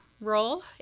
Role